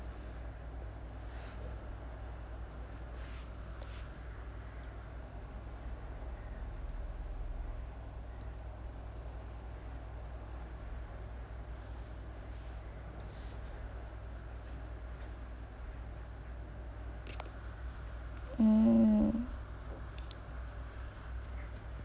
mmhmm